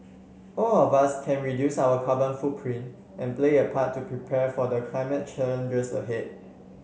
all of us can reduce our carbon footprint and play a part to prepare for the climate challenges ahead